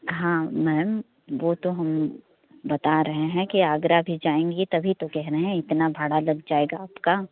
हाँ मैम वो तो हम बता रहे हैं कि आगरा भी जाएँगे तभी तो कह रहे हैं इतना भाड़ा लग जाएगा आपका